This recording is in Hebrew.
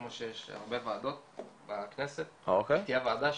כמו שיש הרבה ועדות בכנסת, שתהיה ועדה,